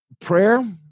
prayer